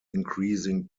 increasing